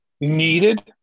needed